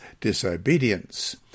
disobedience